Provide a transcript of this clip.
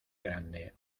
grande